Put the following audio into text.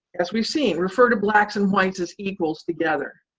as we've seen, refer to blacks and whites as equals together.